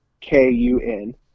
K-U-N